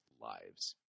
lives